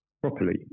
properly